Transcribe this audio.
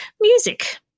music